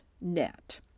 net